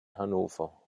hannover